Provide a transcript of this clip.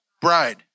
bride